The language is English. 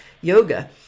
yoga